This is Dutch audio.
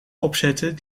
opzetten